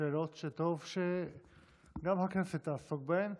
שאלות שטוב שגם הכנסת תעסוק בהן.